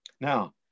Now